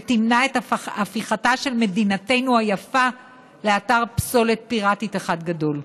ותמנע את הפיכתה של מדינתנו היפה לאתר פסולת פיראטית אחד גדול.